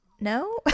no